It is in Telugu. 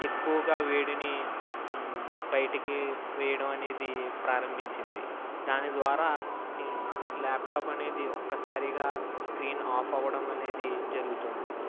ఎక్కువగా వేడిని బయటకి వేయడం అనేది ప్రారంభించింది దాని ద్వారా ల్యాప్టాప్ అనేది ఒక్కసారిగా స్క్రీన్ ఆఫ్ అవ్వడమనేది జరుగుతుంది